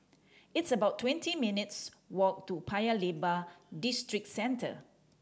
it's about twenty minutes' walk to Paya Lebar Districentre